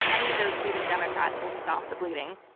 any of those leading democrats will stop the bleeding.